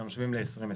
אלא משווים ל-2020,